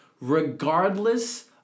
regardless